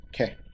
Okay